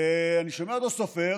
ואני שומע אותו סופר